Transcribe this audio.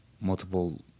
multiple